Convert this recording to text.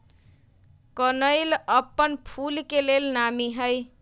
कनइल अप्पन फूल के लेल नामी हइ